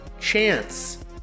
Chance